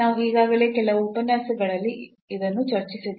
ನಾವು ಈಗಾಗಲೇ ಕಳೆದ ಉಪನ್ಯಾಸಗಳಲ್ಲಿ ಇದನ್ನು ಚರ್ಚಿಸಿದ್ದೇವೆ